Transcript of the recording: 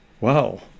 Wow